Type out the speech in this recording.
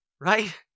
Right